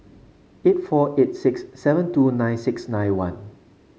eight four eight six seven two nine six nine one